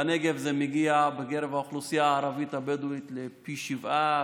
בנגב זה מגיע בקרב האוכלוסייה הערבית-הבדואית לפי שבעה,